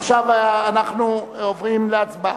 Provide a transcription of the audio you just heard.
עכשיו אנחנו עוברים להצבעה.